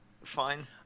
fine